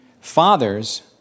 Fathers